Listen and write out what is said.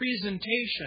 presentation